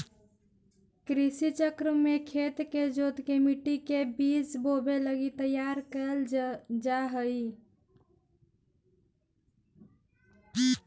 कृषि चक्र में खेत के जोतके मट्टी के बीज बोवे लगी तैयार कैल जा हइ